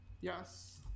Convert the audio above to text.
Yes